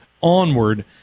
onward